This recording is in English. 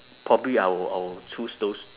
probably I'll I'll choose those